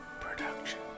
Production